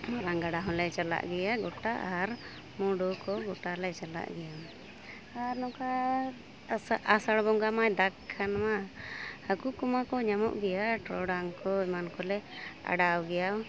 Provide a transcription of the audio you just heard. ᱢᱟᱨᱟᱝ ᱜᱟᱰᱟ ᱦᱚᱸᱞᱮ ᱪᱟᱞᱟᱜ ᱜᱮᱭᱟ ᱜᱚᱴᱟ ᱟᱨ ᱢᱩᱰᱩ ᱠᱚ ᱜᱚᱴᱟᱞᱮ ᱪᱟᱞᱟᱜ ᱜᱮᱭᱟ ᱟᱨ ᱱᱚᱝᱠᱟ ᱟᱥᱟ ᱟᱥᱟᱲ ᱵᱚᱸᱜᱟ ᱢᱟᱭ ᱫᱟᱜᱽ ᱠᱷᱟᱱ ᱢᱟ ᱦᱟᱹᱠᱩ ᱠᱚᱢᱟ ᱠᱚ ᱧᱟᱢᱚᱜ ᱜᱮᱭᱟ ᱴᱚᱨᱚᱰᱟᱝ ᱠᱚ ᱮᱢᱟᱱ ᱠᱚᱞᱮ ᱚᱰᱟᱣ ᱜᱮᱭᱟ